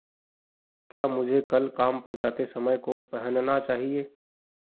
क्या मुझे कल काम पर जाते समय कोट पहनना चाहिए